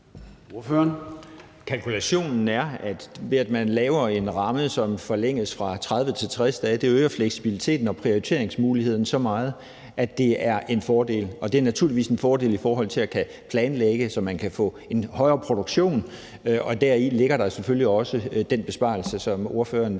Kalkulationen er, at ved at man laver en ramme, hvor man forlænger det fra 30-60 dage, øger man fleksibiliteten og prioriteringsmuligheden så meget, at det giver en fordel. Det giver naturligvis en fordel i forhold til at kunne planlægge, så man kan få en højere produktion, og deri ligger der selvfølgelig også den besparelse, som spørgeren